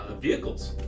vehicles